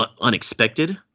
unexpected